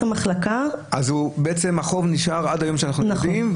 המחלקה --- החוב נשאר עד היום שאנחנו יודעים,